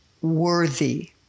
worthy